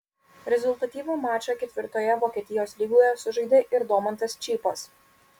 rezultatyvų mačą ketvirtoje vokietijos lygoje sužaidė ir domantas čypas